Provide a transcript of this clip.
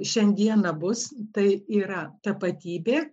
šiandieną bus tai yra tapatybė